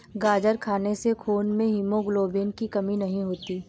गाजर खाने से खून में हीमोग्लोबिन की कमी नहीं होती